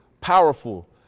powerful